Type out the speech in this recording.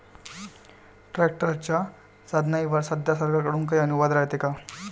ट्रॅक्टरच्या साधनाईवर सध्या सरकार कडून काही अनुदान रायते का?